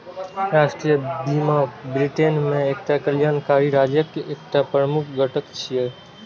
राष्ट्रीय बीमा ब्रिटेन मे कल्याणकारी राज्यक एकटा प्रमुख घटक छियै